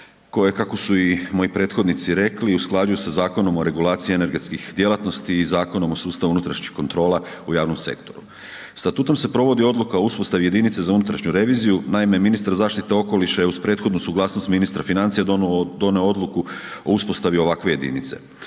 koje kako su i moji prethodnici rekli, usklađuju sa Zakonom o regulaciji energetskih djelatnosti i Zakonom o sustavu unutrašnjih kontrola u javnom sektoru. Statutom se provodi odluka o uspostavi jedinice za unutrašnju reviziju, naime ministar zaštite okoliša je uz prethodnu suglasnost ministra financija donio odluku o uspostavi ovakve jedinice.